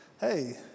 Hey